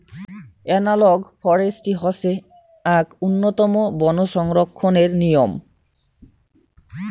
analogue forestry হসে আক উন্নতম বন সংরক্ষণের নিয়ম